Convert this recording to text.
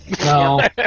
No